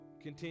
continue